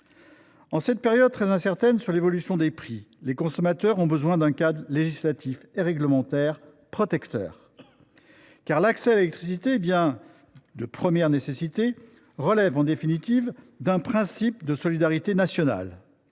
En cette période très incertaine quant à l’évolution des prix, les consommateurs ont besoin d’un cadre législatif et réglementaire protecteur, car l’accès à l’électricité de première nécessité relève en définitive d’un principe de solidarité nationale.